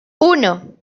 uno